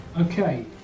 Okay